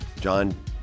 John